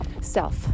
self